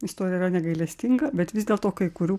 istorija yra negailestinga bet vis dėlto kai kurių